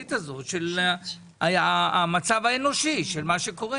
מהזווית הזו של המצב האנושי של מה שקורה,